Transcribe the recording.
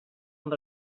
amb